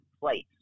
place